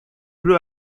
blue